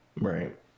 Right